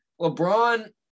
LeBron –